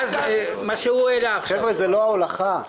חבר'ה, זה לא ההולכה.